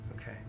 Okay